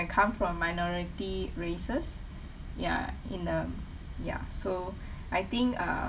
I come from minority races ya in a ya so I think uh